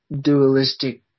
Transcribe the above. dualistic